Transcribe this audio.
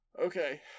Okay